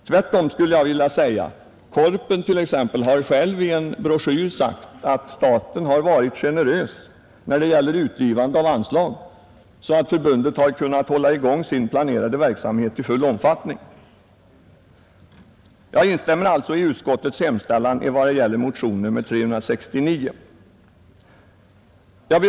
Korporationsidrottsförbundet har självt i en broschyr sagt att staten varit generös i fråga om anslag så att förbundet har kunnat hålla i gång sin planerade verksamhet i full omfattning. Jag yrkar alltså bifall till utskottets hemställan beträffande motionen 369.